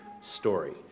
story